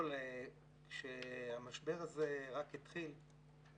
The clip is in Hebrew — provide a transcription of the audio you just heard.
כשהמשבר הזה רק התחיל,